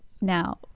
Now